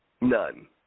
None